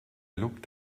looked